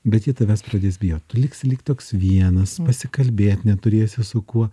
bet jie tavęs pradės bijot tu liksi lyg toks vienas pasikalbėt neturėsi su kuo